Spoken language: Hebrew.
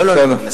לא לא, בסדר.